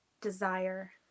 desire